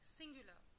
singular